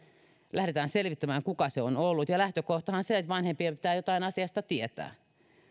lähdetään selvittämään kuka se on ollut ja lähtökohtahan on se että vanhempien pitää jotain asiasta tietää